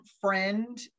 friend